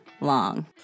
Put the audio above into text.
long